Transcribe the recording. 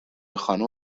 خانوم